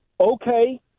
okay